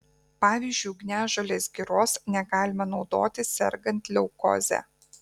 pavyzdžiui ugniažolės giros negalima naudoti sergant leukoze